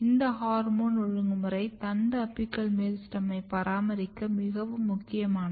இந்த ஹார்மோன் ஒழுங்குமுறை தண்டு அபிக்கல் மெரிஸ்டெமை பராமரிக்க மிகவும் முக்கியமானது